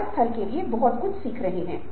मेरे जीवन के लक्ष्य क्या हैं